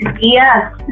Yes